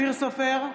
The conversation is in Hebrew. אופיר סופר,